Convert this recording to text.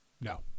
No